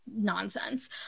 Nonsense